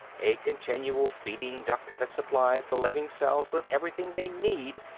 a continual feeding duct that supplies the living cells with everything they need.